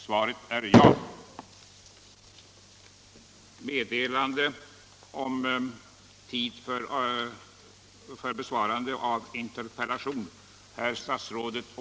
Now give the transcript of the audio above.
Herr talman! Interpellationen 1976/77:44 har jag av arbetsmässiga skäl inte haft möjlighet att besvara i dag.